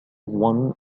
one